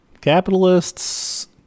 Capitalists